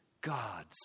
God's